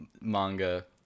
manga